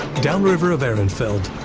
downriver of ehrenfeld,